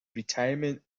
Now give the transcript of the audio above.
retirement